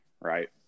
Right